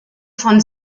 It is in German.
von